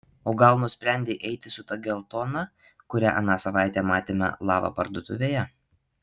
o gal nusprendei eiti su ta geltona kurią aną savaitę matėme lava parduotuvėje